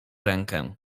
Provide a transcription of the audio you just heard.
rękę